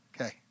okay